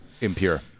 Impure